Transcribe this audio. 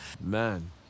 Man